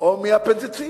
או מאפנדיציט.